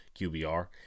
qbr